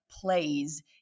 plays